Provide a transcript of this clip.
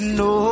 no